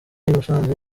musanze